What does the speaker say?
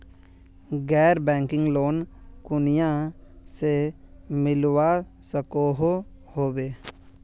गैर banking loan कुनियाँ से मिलवा सकोहो होबे?